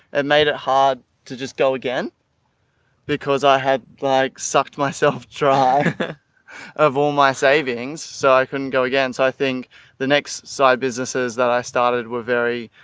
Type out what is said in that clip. and made it hard to just go again because i had like sucked myself of all my savings so i couldn't go again. so i think the next side businesses that i started with very,